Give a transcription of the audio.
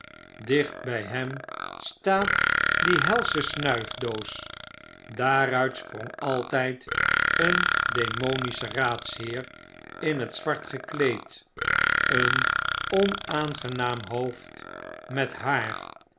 bij hem staat die helschesnuifdoos daaruit sprong altijd een demonische raadsheer in het zwart gekleed een onaangenaam hoofd met haar